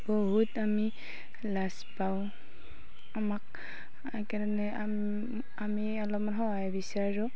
বহুত আমি লাজ পাওঁ আমাক সেইকাৰণে আমি অলপ সহায় বিচাৰোঁ